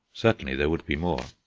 certainly there would be more.